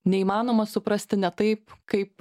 neįmanoma suprasti ne taip kaip